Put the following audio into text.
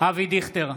אבי דיכטר,